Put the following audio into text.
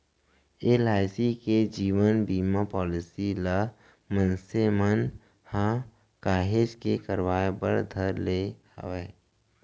LIC के जीवन बीमा पॉलीसी ल मनसे मन ह काहेच के करवाय बर धर ले हवय